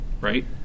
Right